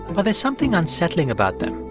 but there's something unsettling about them.